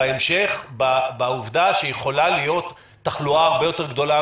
בהמשך בעובדה שיכולה להיות תחלואה הרבה יותר גדולה